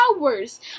hours